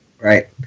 Right